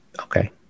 Okay